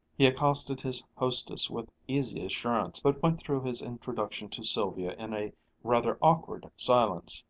he accosted his hostess with easy assurance, but went through his introduction to sylvia in a rather awkward silence.